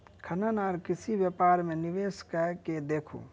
खनन आ कृषि व्यापार मे निवेश कय के देखू